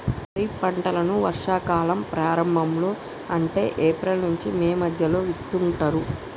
ఖరీఫ్ పంటలను వర్షా కాలం ప్రారంభం లో అంటే ఏప్రిల్ నుంచి మే మధ్యలో విత్తుతరు